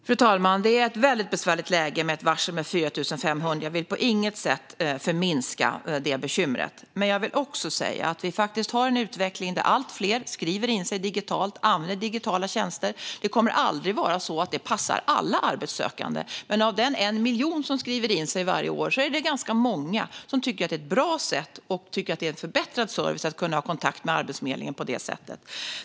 Fru talman! Det är ett väldigt besvärligt läge med ett varsel av 4 500 personer. Jag vill på inget sätt förminska det bekymret. Men jag vill också säga att vi faktiskt har en utveckling där allt fler skriver in sig digitalt och använder digitala tjänster. Det kommer aldrig att passa alla arbetssökande. Men av den miljon som skriver in sig varje år är det ganska många som tycker att det är ett bra sätt och en förbättrad service att kunna ha kontakt med Arbetsförmedlingen på det sättet.